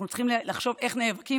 אנחנו צריכים לחשוב איך נאבקים,